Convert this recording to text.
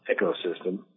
ecosystem